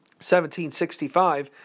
1765